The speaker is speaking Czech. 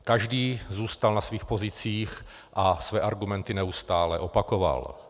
Každý zůstal na svých pozicích a své argumenty neustále opakoval.